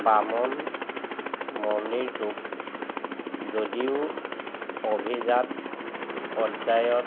বামন মন্দিৰটোক যদিও অভিজাত পৰ্যায়ত